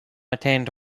attained